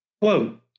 Quote